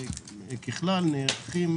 וככלל נערכים